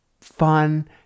fun